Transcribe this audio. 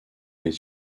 les